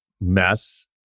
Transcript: mess